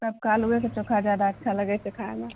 सबके आलुए के चोखा जादा अच्छा लागै छै खायमे